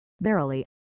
Verily